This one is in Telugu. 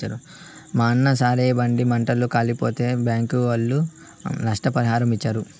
మాయన్న సారాయి బండి మంటల్ల కాలిపోతే బ్యాంకీ ఒళ్ళు నష్టపరిహారమిచ్చారు